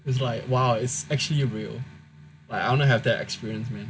it's like !wah! it's actually real like I want to have that experience man